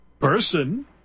Person